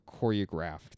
choreographed